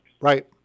Right